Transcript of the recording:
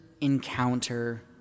encounter